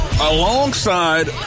alongside